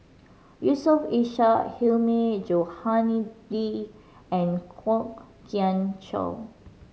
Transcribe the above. Yusof Ishak Hilmi Johandi and Kwok Kian Chow